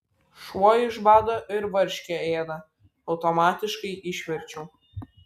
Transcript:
šuo iš bado ir varškę ėda automatiškai išverčiau